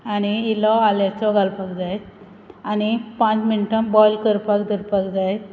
आनी इल्लो आल्याचो घालपाक जाय आनी पांच मिण्टा बॉयल करपाक दरपाक जाय